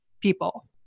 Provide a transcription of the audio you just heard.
people